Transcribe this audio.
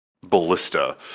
ballista